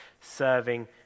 serving